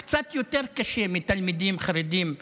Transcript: זה קצת יותר קשה מלתלמידים חרדים בישיבות.